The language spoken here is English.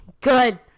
Good